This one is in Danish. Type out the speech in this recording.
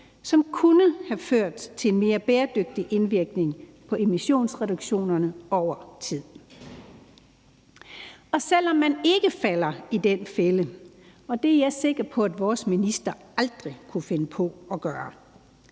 som kunne have ført til en mere bæredygtig indvirkning på emissionsreduktionerne over tid. Og selv om man ikke falder i den fælde – og det er jeg sikker på at vores minister aldrig kunne finde på at gøre